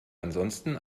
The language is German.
ansonsten